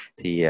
Thì